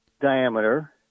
diameter